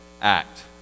act